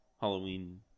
Halloween